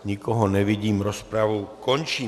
Nikoho nevidím, rozpravu končím.